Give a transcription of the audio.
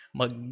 mag